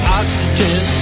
oxygen